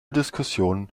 diskussionen